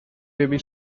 baby